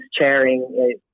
chairing